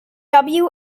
martin